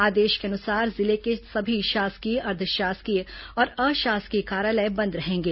आदेश के अनुसार जिले के सभी शासकीय अर्द्वशासकीय और अशासकीय कार्यालय बंद रहेंगे